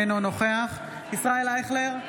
אינו נוכח ישראל אייכלר,